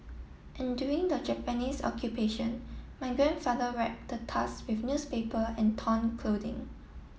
and during the Japanese Occupation my grandfather wrapped the tusk with newspaper and torn clothing